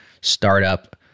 startup